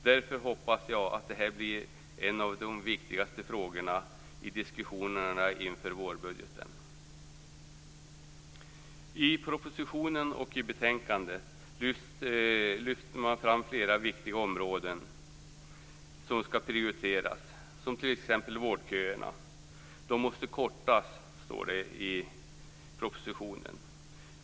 Därför hoppas jag att det här blir en av de viktigaste frågorna i diskussionerna inför vårbudgeten I propositionen och i betänkandet lyfts flera viktiga områden fram som skall prioriteras. Det gäller t.ex. vårdköerna. De måste kortas, står det i propositionen.